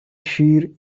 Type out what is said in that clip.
شیر